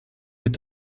mit